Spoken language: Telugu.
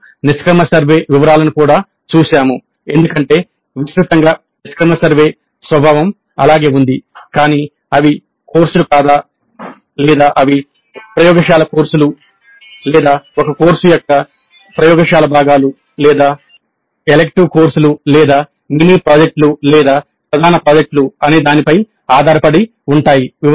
మేము నిష్క్రమణ సర్వే వివరాలను కూడా చూశాము ఎందుకంటే విస్తృతంగా నిష్క్రమణ సర్వే స్వభావం అలాగే ఉంది కానీ అవి కోర్సులు కాదా లేదా అవి ప్రయోగశాల కోర్సులు లేదా ఒక కోర్సు యొక్క ప్రయోగశాల భాగాలు లేదా ఎలిక్టివ్ కోర్సులు లేదా మినీ ప్రాజెక్టులు లేదా ప్రధాన ప్రాజెక్టులు అనే దానిపై ఆధారపడి ఉంటాయి